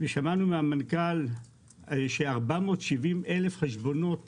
שמענו מהמנכ"ל שיש 480,000 חשבונות